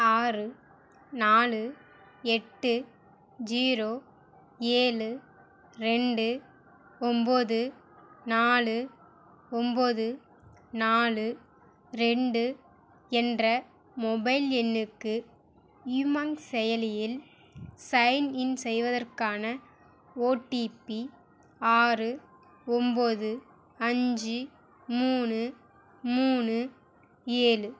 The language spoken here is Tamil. ஆறு நாலு எட்டு ஜீரோ ஏழு ரெண்டு ஒம்போது நாலு ஒம்போது நாலு ரெண்டு என்ற மொபைல் எண்ணுக்கு யுமாங் செயலியில் சைன்இன் செய்வதற்கான ஓடிபி ஆறு ஒம்போது அஞ்சு மூணு மூணு ஏழு